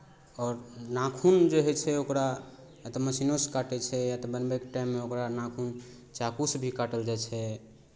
आओर नाखून जे होइ छै ओकरा या तऽ मशीनोसँ काटै छै या तऽ बनबैके टाइममे ओकरा नाखून चाकूसँ भी काटल जाइ छै